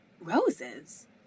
roses